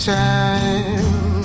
time